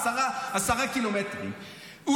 עשרה קילומטרים,